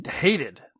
hated